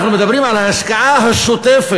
אנחנו מדברים על ההשקעה השוטפת,